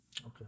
okay